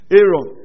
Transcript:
Aaron